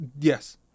Yes